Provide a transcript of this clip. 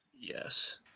Yes